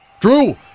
Drew